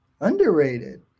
Underrated